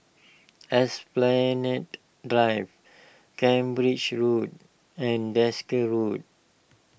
Esplanade Drive Cambridge Road and Desker Road